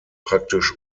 praktisch